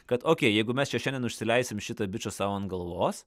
kad o jeigu mes čia šiandien užsileisim šitą bičą sau ant galvos